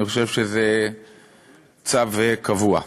אני חושב שזה צו קבוע.